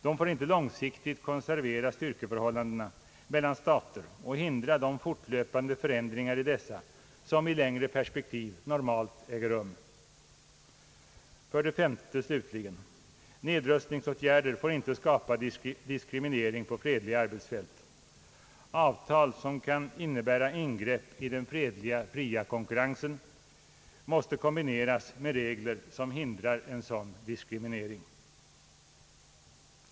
De får inte långsiktigt konservera styrkeförhållandena mellan stater och hindra de fortlöpande förändringar i dessa som i längre perspektiv normalt äger rum. 9. Nedrustningsåtgärder får inte skapa diskriminering på fredliga arbetsfält. Avtal som kan innebära ingrepp i den fredliga fria konkurrensen måste kombineras med regler som hindrar en sådan diskriminering.